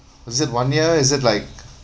is it one year is it like